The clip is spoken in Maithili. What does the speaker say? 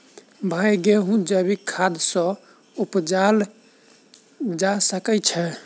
भाई गेंहूँ जैविक खाद सँ उपजाल जा सकै छैय?